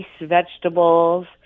vegetables